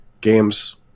games